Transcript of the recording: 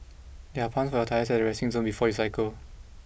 there are pumps for your tyres at the resting zone before you cycle